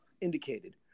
indicated